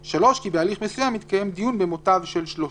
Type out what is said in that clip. (3) כי בהליך מסוים יתקיים דיון במותב של שלושה."